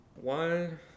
One